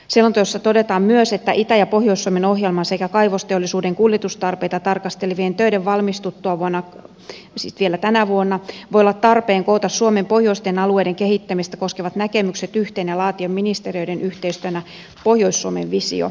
selonteossa todetaan myös että itä ja pohjois suomen ohjelman sekä kaivosteollisuuden kuljetustarpeita tarkastelevien töiden valmistuttua vielä tänä vuonna voi olla tarpeen koota suomen pohjoisten alueiden kehittämistä koskevat näkemykset yhteen ja laatia ministeriöiden yhteistyönä pohjois suomen visio